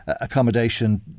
Accommodation